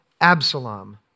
Absalom